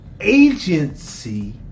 agency